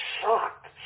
shocked